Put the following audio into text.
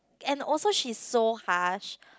and also she is so harsh